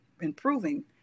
improving